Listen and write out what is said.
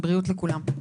בריאות לכולם.